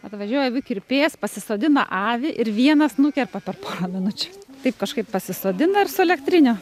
atvažiuoja avių kirpėjas pasisodina avį ir vienas nukerpa per porą minučių taip kažkaip pasisodina ir su elektriniu